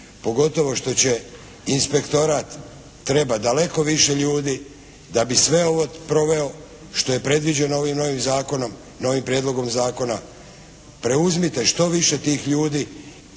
pogotovo što će inspektorat trebati daleko više ljudi da bi sve ovo proveo što je predviđeno ovim novim prijedlogom zakona. Preuzmite što više tih ljudi